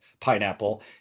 pineapple